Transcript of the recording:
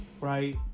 right